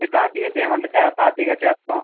మీరు తాపీగా చెయ్యమంటే చే తాపీగా చేస్తాం